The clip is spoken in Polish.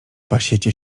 pasiecie